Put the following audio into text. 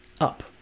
up